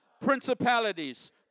principalities